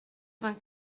vingt